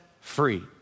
free